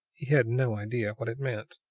he had no idea what it meant,